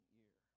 year